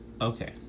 Okay